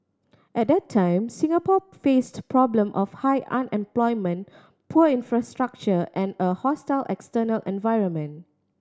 at that time Singapore faced problem of high unemployment poor infrastructure and a hostile external environment